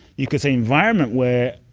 you could say, environment where,